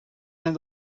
had